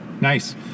nice